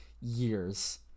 years